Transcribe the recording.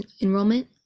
enrollment